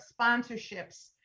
sponsorships